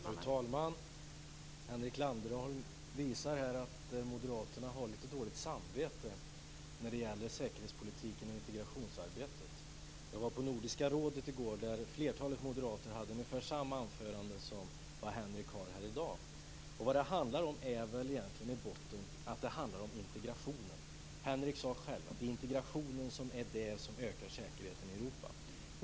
Fru talman! Henrik Landerholm visar här att Moderaterna har lite dåligt samvete när det gäller säkerhetspolitiken och integrationsarbetet. Jag var i Nordiska rådet i går och flertalet moderater där hade ungefär samma anförande som det som Henrik Landerholm har här i dag. I botten handlar det väl egentligen om integrationen. Henrik Landerholm sade själv att integrationen är det som ökar säkerheten i Europa.